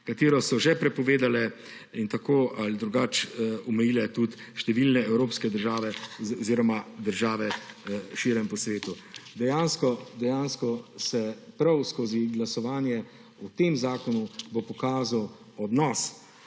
katero so že prepovedale in tako ali drugače omejile tudi številne evropske države oziroma države širom po svetu. Dejansko, dejansko se bo prav skozi glasovanje o tem zakonu pokazal odnos